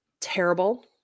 terrible